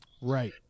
Right